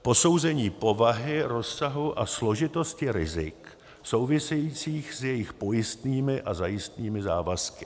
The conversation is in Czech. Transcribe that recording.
posouzení povahy, rozsahu a složitosti rizik souvisejících s jejich pojistnými a zajistnými závazky;